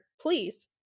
please